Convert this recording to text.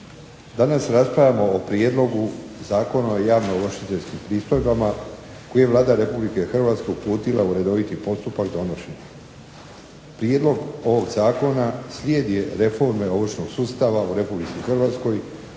Danas raspravljamo o Prijedlogu zakona o javno ovršiteljskim pristojbama koje je Vlada Republike Hrvatske uputila u redoviti postupak donošenja. Prijedlog ovog zakona slijed je reforme ovršnog sustava u Republici Hrvatskoj